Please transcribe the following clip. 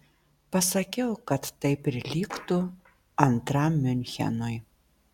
pasakiau kad tai prilygtų antram miunchenui